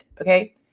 okay